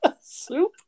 Soup